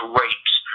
rapes